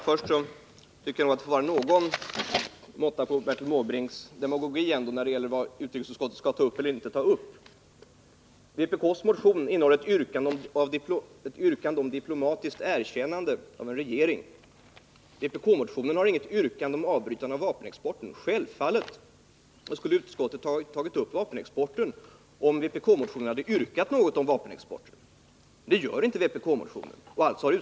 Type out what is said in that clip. Fru talman! Det får vara någon måtta på Bertil Måbrinks demagogi när det gäller vad utskottet skall eller inte skall ta upp. Vpk:s motion innehåller ett yrkande om diplomatiskt erkännande av en regering. Vpk-motionen innehåller inget yrkande om ett avbrytande av vapenexporten. Självfallet skulle utskottet ha tagit upp den frågan om man hade yrkat på det i vpkmotionen.